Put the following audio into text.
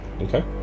Okay